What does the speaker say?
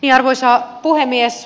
arvoisa puhemies